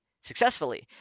successfully